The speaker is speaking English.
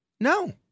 No